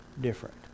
different